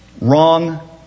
Wrong